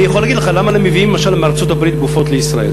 אני יכול להגיד לך למה מביאים למשל מארצות-הברית גופות לישראל.